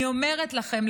אני אומרת לכם,